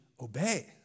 obey